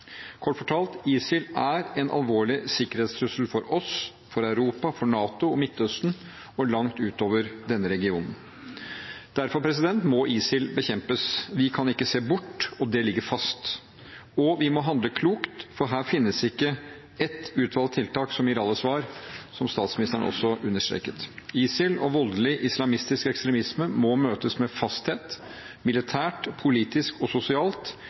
Kort fortalt: ISIL er en alvorlig sikkerhetstrussel for oss, for Europa, for NATO, for Midtøsten og langt utover denne regionen. Derfor må ISIL bekjempes. Vi kan ikke se bort. Det ligger fast. Og vi må handle klokt, for her finnes ikke ett utvalgt tiltak som gir alle svar, som statsministeren også understreket. ISIL og voldelig islamistisk ekstremisme må møtes med fasthet – militært, politisk og sosialt